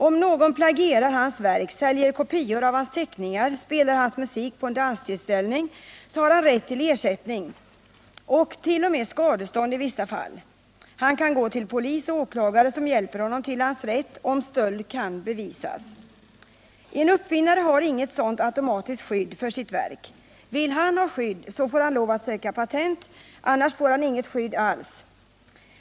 Om någon plagierar hans verk, säljer kopior av hans teckningar, spelar hans musik på en danstillställning, har han rätt till ersättning, i vissa fallt.o.m. till skadestånd. Han kan gå till polis och åklagare som hjälper honom till hans rätt, om stöld kan bevisas. En uppfinnare har inget sådant automatiskt skydd för sitt verk. Vill han ha skydd får han lov att söka patent. Annars får han inget skydd alls.